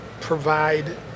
provide